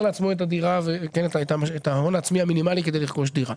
לעצמו את הדירה ואת ההון העצמי המינימלי כדי לרכוש דירה.